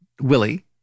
Willie